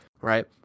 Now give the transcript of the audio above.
Right